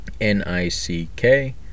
N-I-C-K